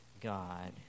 God